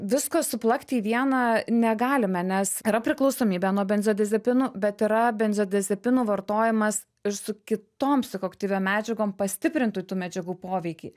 visko suplakt į vieną negalime nes yra priklausomybė nuo benzodiazepinų bet yra benzodiazepinų vartojimas ir su kitom psichoaktyviom medžiagom pastiprintų tų medžiagų poveikį